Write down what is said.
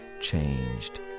changed